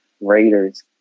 Raiders